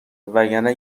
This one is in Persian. وگرنه